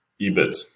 ebit